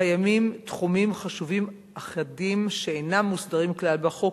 קיימים תחומים חשובים אחדים שאינם מוסדרים כלל בחוק,